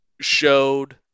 showed